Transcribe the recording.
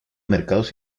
mercados